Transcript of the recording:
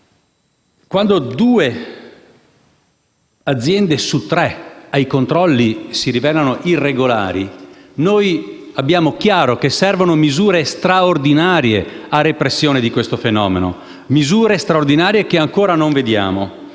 due aziende su tre si rivelano irregolari, noi abbiamo chiaro che servono misure straordinarie a repressione di questo fenomeno, misure straordinarie che ancora non vediamo,